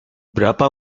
berapa